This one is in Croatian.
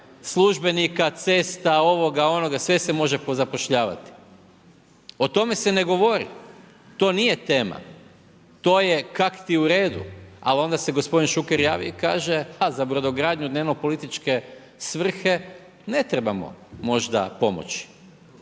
službenika, cesta, ovoga, onoga sve se može pozapošljavati. O tome se ne govori, to nije tema. To je kakti u redu, ali onda se g. Šuker javi i kaže, a za brodogradnju, nema političke svrhe, ne trebamo možda pomoći.